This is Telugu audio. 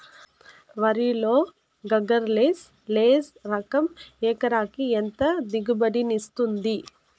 వరి లో షుగర్లెస్ లెస్ రకం ఎకరాకి ఎంత దిగుబడినిస్తుంది